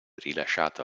rilasciato